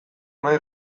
nahi